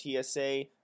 tsa